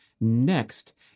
next